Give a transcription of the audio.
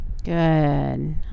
Good